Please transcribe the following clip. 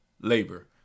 labor